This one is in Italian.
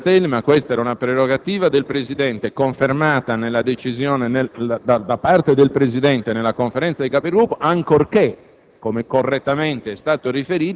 Mi spiace, senatore Castelli, ma questa è una prerogativa del Presidente, confermata da parte del Presidente nella Conferenza dei Capigruppo, ancorché,